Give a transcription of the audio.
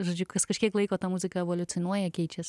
žodžiu kas kažkiek laiko ta muzika evoliucionuoja keičias